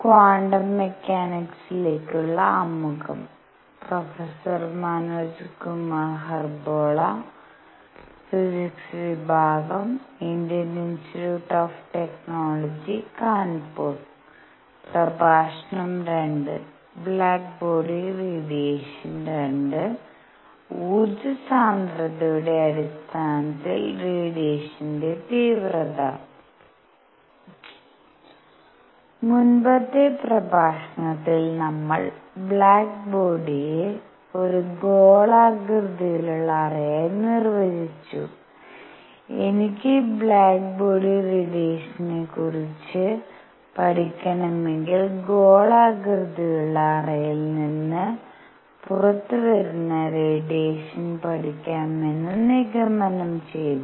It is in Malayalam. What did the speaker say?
ബ്ലാക്ക് ബോഡി റേഡിയേഷൻ II ഊർജ്ജ സാന്ദ്രതയുടെ അടിസ്ഥാനത്തിൽ റേഡിയേഷന്റെ തീവ്രത മുമ്പത്തെ പ്രഭാഷണത്തിൽ നമ്മൾ ബ്ലാക്ക് ബോഡിയെഒരു ഗോളാകൃതിയിലുള്ള അറയായി നിർവചിച്ചു എനിക്ക് ബ്ലാക്ക് ബോഡി റേഡിയേഷനെക്കുറിച്ച് പഠിക്കണമെങ്കിൽ ഗോളാകൃതിയിലുള്ള അറയിൽ നിന്ന് പുറത്തുവരുന്ന റേഡിയേഷൻപഠിക്കാമെന്ന് നിഗമനം ചെയ്തു